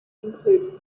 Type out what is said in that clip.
include